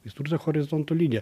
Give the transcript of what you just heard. jis turi tą horizonto liniją